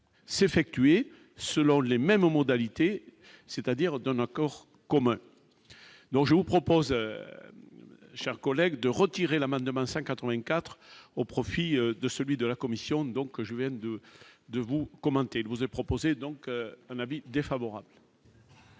s'effectuer selon les mêmes modalités c'est-à-dire dans notre corps communs, donc je vous propose, chers collègues de retirer l'amendement 5 84 au profit de celui de la commission donc je viens de de vous commentez vous est proposé, donc un avis défavorable.